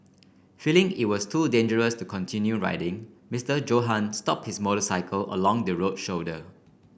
feeling it was too dangerous to continue riding Mister Johann stop his motorcycle along the road shoulder